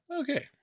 okay